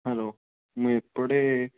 hello ମୁଁ ଏପଟେ